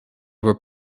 were